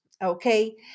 okay